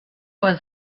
vor